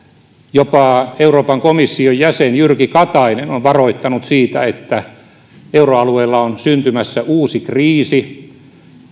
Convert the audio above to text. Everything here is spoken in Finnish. jopa euroopan komission jäsen jyrki katainen on varoittanut siitä että euroalueella on syntymässä uusi kriisi